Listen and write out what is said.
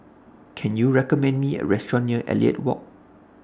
Can YOU recommend Me A Restaurant near Elliot Walk